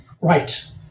Right